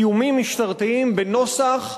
איומים משטרתיים בנוסח: